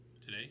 today